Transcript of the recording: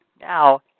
Now